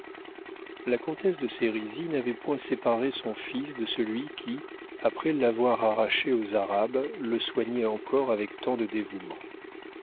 la comtesse de sérisy n'avait point séparé son fils de celui qui après l'avoir arraché aux arabes le soignait encore avec tant de dévouement